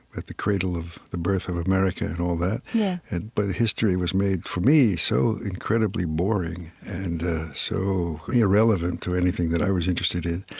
at the cradle of the birth of america and all that yeah and but history was made for me so incredibly boring and so irrelevant to anything that i was interested in.